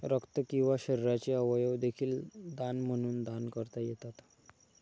रक्त किंवा शरीराचे अवयव देखील दान म्हणून दान करता येतात